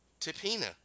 Tipina